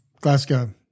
Glasgow